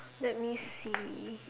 let me see